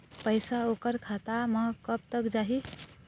पैसा ओकर खाता म कब तक जाही?